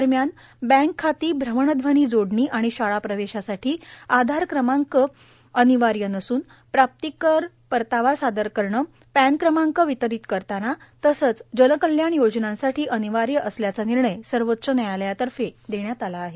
दरम्यान बँक खाती भ्रमणध्वनि जोडणी आणि शाळा प्रवेशासाठी आधार क्रमांक अनिवार्य नसल्याच प्राप्तीकर परतावा सादर करणे पॅन क्रमांक वितरीत करताना तसंच जनकल्याण योजनांसाठी अनिवार्य असल्याचा निर्णय सर्वोच्च न्यायालयातर्फे देण्यात आला आहे